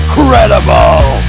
Incredible